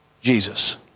Jesus